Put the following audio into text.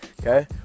okay